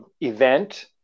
event